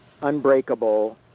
Unbreakable